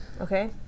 Okay